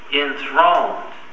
enthroned